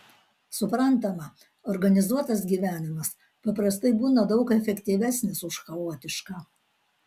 suprantama organizuotas gyvenimas paprastai būna daug efektyvesnis už chaotišką